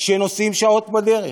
שנוסעים שעות בדרך,